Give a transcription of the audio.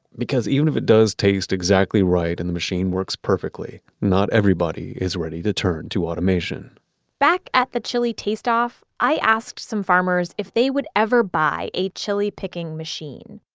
because even if it does taste exactly right, and the machine works perfectly, not everybody is ready to turn to automation back at the chili taste-off, i asked some farmers if they would ever buy a chili-picking machine.